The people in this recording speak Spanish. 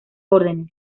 órdenes